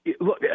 Look